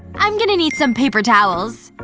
i'm going to need some paper towels